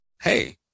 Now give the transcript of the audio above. hey